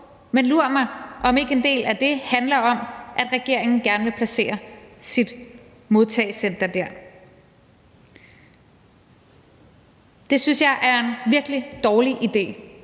men lur mig, om ikke en del af det handler om, at regeringen gerne vil placere sit modtagecenter dér. Det synes jeg er en virkelig dårlig idé,